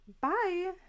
bye